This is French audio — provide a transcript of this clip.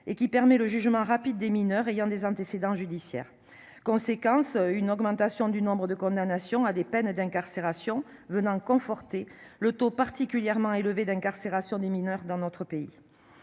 elle permet le jugement rapide des mineurs ayant des antécédents judiciaires. Cette mesure entraîne une augmentation du nombre de condamnations à des peines d'incarcération, ce qui vient conforter le taux particulièrement élevé d'incarcération des mineurs dans notre pays.